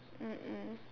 mm mm